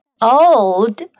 old